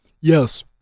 yes